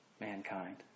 mankind